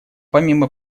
помимо